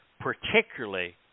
particularly